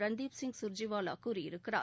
ரன்தீப் சிங் கர்ஜிவாவா கூறியிருக்கிறார்